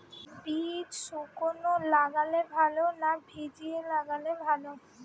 বীজ শুকনো লাগালে ভালো না ভিজিয়ে লাগালে ভালো?